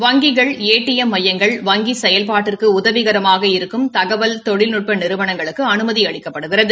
வங்கிக்கள் A T M மையங்கள் வங்கி செயல்பாட்டிற்கு உதவிகரமாக இருக்கும் தகவல் தொழில்நுட்ப நிறுவனங்களுக்கு அனுமதி அளிக்கப்படுகிறது